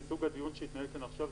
סוג הדיון שהתנהל כאן עכשיו,